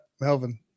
melvin